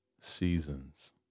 seasons